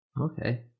okay